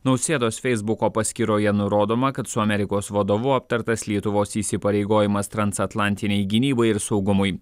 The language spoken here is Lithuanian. nausėdos feisbuko paskyroje nurodoma kad su amerikos vadovu aptartas lietuvos įsipareigojimas transatlantinei gynybai ir saugumui